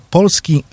Polski